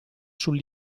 sul